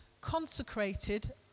consecrated